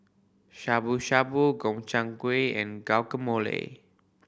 Shabu Shabu Gobchang Gui and Guacamole